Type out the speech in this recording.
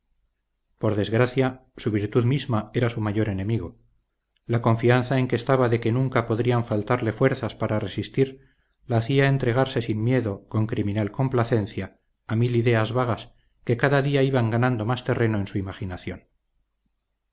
por desgracia su virtud misma era su mayor enemigo la confianza en que estaba de que nunca podrían faltarle fuerzas para resistir la hacía entregarse sin miedo con criminal complacencia a mil ideas vagas que cada día iban ganado más terreno en su imaginación